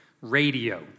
radio